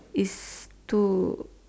is to